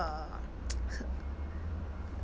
uh